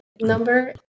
number